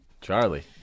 charlie